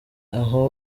aho